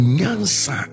Nyansa